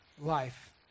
life